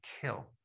kill